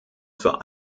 für